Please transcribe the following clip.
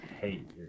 hate